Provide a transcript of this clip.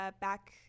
back